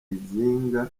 izinga